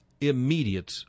immediate